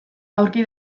aurki